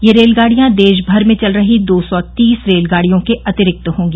ये रेलगाडियां देशभर में चल रही दो सौ तीस रेलगाडियों के अतिरिक्त होंगी